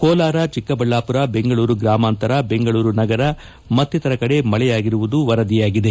ಕೋಲಾರ ಚಿಕ್ಕಬಳ್ಳಾಮರ ಬೆಂಗಳೂರು ಗ್ರಾಮಾಂತರ ಬೆಂಗಳೂರು ನಗರ ಮತ್ತೀತರ ಕಡೆ ಮಳೆಯಾಗಿರುವುದು ವರದಿಯಾಗಿದೆ